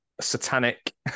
satanic